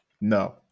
no